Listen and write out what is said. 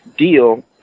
deal